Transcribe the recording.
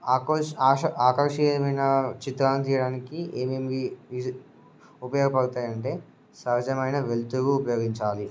ఆకష్ ఆకర్షణీయమైన చిత్రం తీయడానికి ఏమేమి ఉపయోగపడతాయంటే సహజమైన వెలుతురు ఉపయోగించాలి